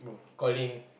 calling